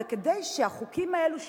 שהחוקים האלו,